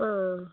ആ